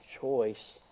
choice